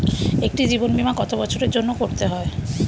একটি জীবন বীমা কত বছরের জন্য করতে হয়?